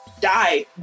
die